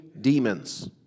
demons